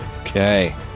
Okay